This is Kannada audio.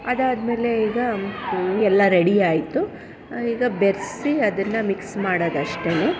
ಅದಾದ್ಮೇಲೆ ಈಗ ಎಲ್ಲ ರೆಡಿಯಾಯಿತು ಈಗ ಬೆರೆಸಿ ಅದನ್ನು ಮಿಕ್ಸ್ ಮಾಡೋದಷ್ಟೇ